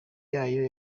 yayo